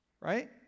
right